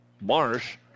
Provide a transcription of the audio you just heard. Marsh